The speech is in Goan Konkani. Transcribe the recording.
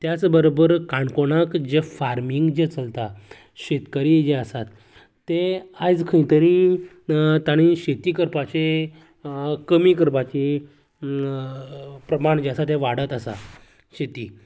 त्याच बरोबर काणकोणाक जे फार्मींग जे चलता शेतकरी जे आसात ते आयज खंय तरी तांणे शेती करपाचे कमी करपाची प्रमाण जे आसा ते वाडत आसा शेती